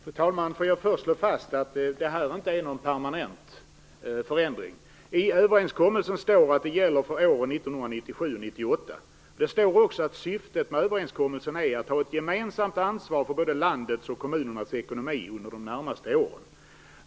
Fru talman! Låt mig först slå fast att detta inte är någon permanent förändring. I överenskommelsen står att den gäller för 1997 och 1998. Det står också att syftet med överenskommelsen är att ha ett gemensamt ansvar för både landets och kommunernas ekonomi under de närmaste åren.